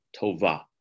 Tova